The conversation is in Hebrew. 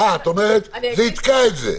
אה, את בעצם אומרת שזה יתקע את זה.